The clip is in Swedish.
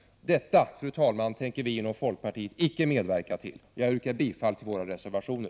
Något sådant, fru talman, tänker vi i folkpartiet icke medverka till. Jag yrkar bifall till folkpartiets reservationer.